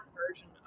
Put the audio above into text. version